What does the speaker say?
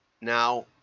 now